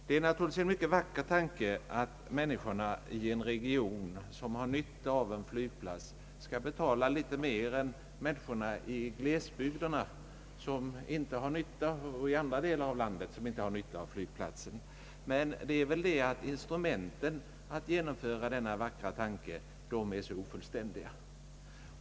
Det är naturligtvis en mycket vacker tanke att människorna i en region, som har nytta av en flygplats, skall betala litet mera än människorna i glesbygderna, som inte har samma nytta av flygplatsen. Tyvärr är möjligheterna att genomföra denna vackra tanke mycket små.